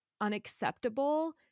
unacceptable